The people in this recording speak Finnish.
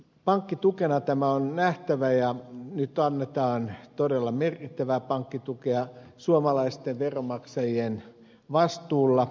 pankkitukena tämä on nähtävä ja nyt annetaan nyt todella merkittävää pankkitukea suomalaisten veronmaksajien vastuulla